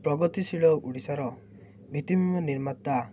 ପ୍ରଗତିଶୀଳ ଓଡ଼ିଶାର ଭିତ୍ତିଭୂମି ନିର୍ମତା